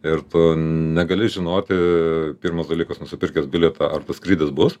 ir tu negali žinoti pirmas dalykas nusipirkęs bilietą ar tas skrydis bus